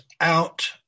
out